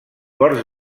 ports